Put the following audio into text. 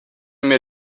mir